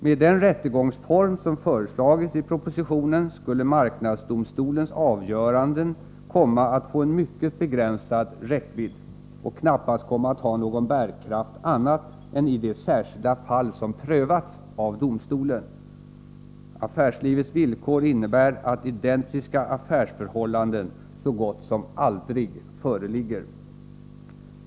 Med den rättegångsform som föreslagits i propositionen skulle marknadsdomstolens avgöranden komma att få en mycket begränsad räckvidd och knappast ha någon bärkraft annat än i det särskilda fall som prövats av domstolen. Affärslivets villkor innebär att identiska affärsförhållanden så gott som aldrig föreligger.